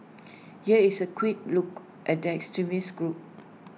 here is A quick look at that extremist group